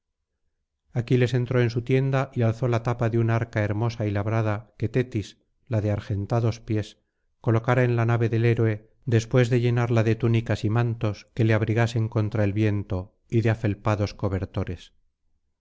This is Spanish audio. mirmidones aquiles entró en su tienda y alzó la tapa de un arca hermosa y labrada que tetis la de argentados pies colocara en la nave del héroe después de llenarla de túnicas y mantos que le abrigasen contra el viento y de afelpados cobertores